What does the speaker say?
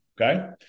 Okay